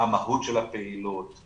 מה המהות של הפעילות,